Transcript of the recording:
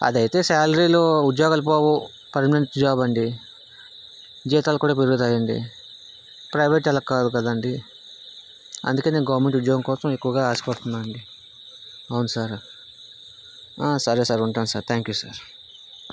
అది అయితే శాలరీలు ఉద్యోగాలు పోవు పర్మనెంట్ జాబ్ అండి జీతాలు కూడా పెరుగుతాయండి ప్రైవేట్ అలా కాదు కదండి అందుకని నేను గవర్నమెంట్ ఉద్యోగం కోసం నేను ఎక్కువగా ఆశపడుతున్నా అండి అవును సార్ సరే సార్ ఉంటాను సార్ థ్యాంక్ యూ సార్